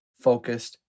focused